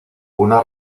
una